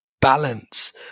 balance